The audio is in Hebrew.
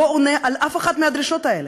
לא עונה על אף אחת מהדרישות האלה.